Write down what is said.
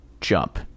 jump